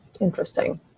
interesting